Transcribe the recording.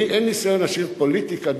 לי אין ניסיון פוליטי עשיר.